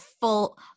full